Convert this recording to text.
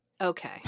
Okay